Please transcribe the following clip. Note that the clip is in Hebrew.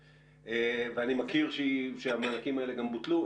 ואני מכיר שהמענקים האלה גם בוטלו.